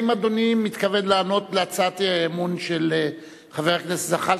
האם אדוני מתכוון לענות על הצעת האי-אמון של חבר הכנסת זחאלקה,